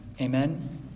Amen